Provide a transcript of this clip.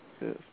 Yes